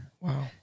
Wow